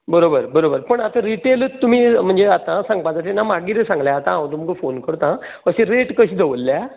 बरोबर बरोबर पूण आतां रिटेलच तुमी म्हणजे आतां सांगपा जाय अशें ना मागीरय सांगल्यार जाता हांव तुमकां फोन करतां कशी रेट कशी दवरल्या